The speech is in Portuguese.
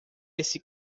esse